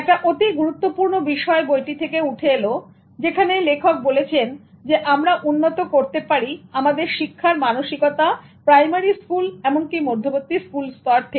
একটা অতি গুরুত্বপূর্ণ বিষয় বইটি থেকে উঠে এলো যেখানে লেখক বলেছেন আমরা উন্নত করতে পারি আমাদের শিক্ষার মানসিকতা প্রাইমারি স্কুল এমনকি মধ্যবর্তী স্কুল স্তর থেকে